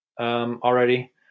already